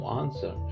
answer